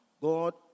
God